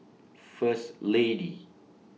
First Lady